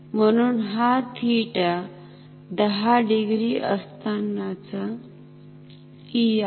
म्हणून हा थिटा 10 डिग्री असताना चा हा E आहे